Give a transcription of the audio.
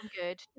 Good